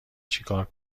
چیکار